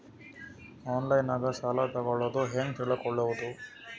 ಆನ್ಲೈನಾಗ ಸಾಲ ತಗೊಳ್ಳೋದು ಹ್ಯಾಂಗ್ ತಿಳಕೊಳ್ಳುವುದು?